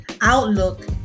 outlook